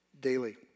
daily